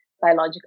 biological